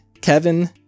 Kevin